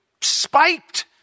spiked